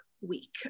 week